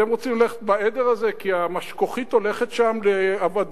אתם רוצים ללכת בעדר הזה כי המשכוכית הולכת שם לאבדון,